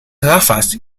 gafas